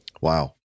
Wow